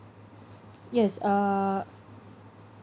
yes uh